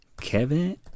Kevin